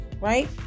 right